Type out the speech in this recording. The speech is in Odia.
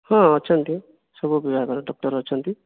ହଁ ଅଛନ୍ତି ସବୁ ବିଭାଗର ଡକ୍ଟର୍ ଅଛନ୍ତି